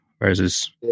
versus